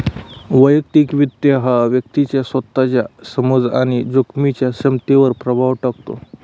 वैयक्तिक वित्त हा व्यक्तीच्या स्वतःच्या समज आणि जोखमीच्या क्षमतेवर प्रभाव टाकतो